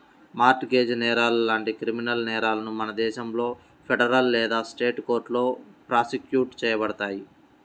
mart gauge నేరాలు లాంటి criminal నేరాలను మన దేశంలో ఫెడరల్ లేదా స్టేట్ కోర్టులో ప్రాసిక్యూట్ చేయబడతాయి